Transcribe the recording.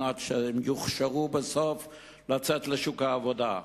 כדי שהתלמידים יוכשרו בסוף לצאת לשוק העבודה.